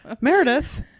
Meredith